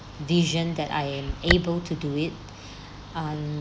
vision that I am able to do it